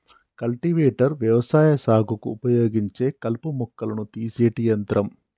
cultivator వ్యవసాయ సాగుకు ఉపయోగించే కలుపు మొక్కలను తీసేటి యంత్రం